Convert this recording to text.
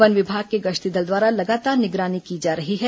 one विभाग के गश्ती दल द्वारा लगातार निगरानी की जा रही है